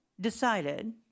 decided